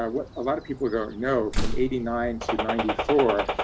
um what a lot of people don't know from eighty nine to ninety four